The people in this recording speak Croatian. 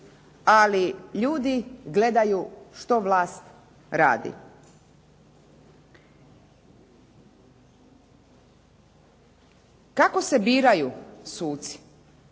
ali ljudi gledaju što vlast radi. Kako se biraju suci?